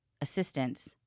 assistance